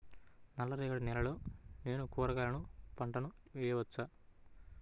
నల్ల రేగడి నేలలో నేను కూరగాయల పంటను వేయచ్చా?